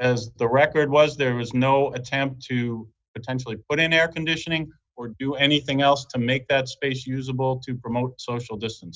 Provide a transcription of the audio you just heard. as the record was there was no attempt to potentially put in air conditioning or do anything else to make that space usable to promote social distance